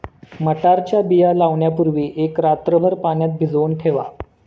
मटारच्या बिया लावण्यापूर्वी एक रात्रभर पाण्यात भिजवून ठेवा